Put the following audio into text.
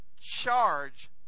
charge